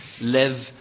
live